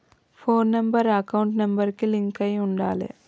పోను number account number కి link అయ్యి ఉండాలే